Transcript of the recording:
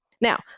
now